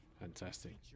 fantastic